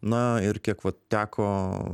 na ir kiek vat teko